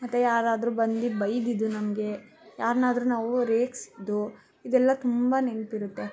ಮತ್ತೆ ಯಾರಾದರೂ ಬಂದು ಬೈದಿದ್ದು ನಮಗೆ ಯಾರನ್ನಾದ್ರೂ ನಾವು ರೇಗಿಸಿದ್ದುಇದೆಲ್ಲ ತುಂಬ ನೆನಪಿರುತ್ತೆ